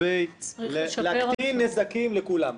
להקטין נזקים לכולם,